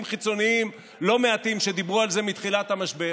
חיצוניים לא מעטים שדיברו על זה מתחילת המשבר